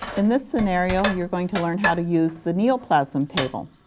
in this scenario, you are going to learn how to use the neoplasm table.